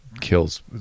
kills